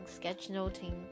sketchnoting